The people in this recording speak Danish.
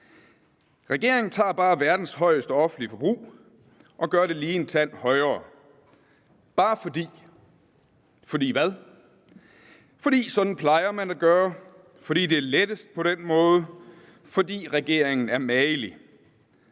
Regeringen tager bare verdens højeste offentlige forbrug og gør det lige en tand højere, bare fordi sådan plejer man at gøre, fordi det er lettest på den måde, fordi regeringen er magelig.